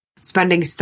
spending